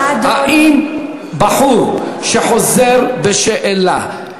אדוני, האם בחור שחוזר בשאלה,